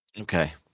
Okay